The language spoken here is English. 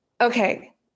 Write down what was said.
Okay